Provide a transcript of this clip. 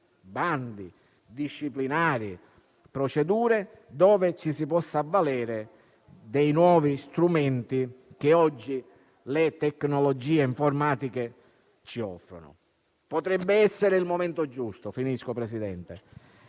(bandi, disciplinari, procedure) in cui ci si possa avvalere dei nuovi strumenti che oggi le tecnologie informatiche ci offrono. Potrebbe essere il momento giusto ed un metodo ben